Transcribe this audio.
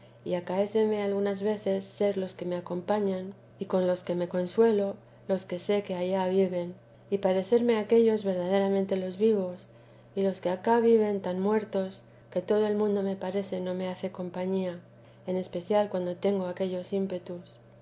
y acaece algunas veces ser los que me acompañan y con los que me consuelo los que sé que allá viven y paréceme aquellos verdaderamente los vivos y los que acá viven tan muertos que todo el mundo me parece no me hace compañía en especial cuando tengo aquellos ímpetus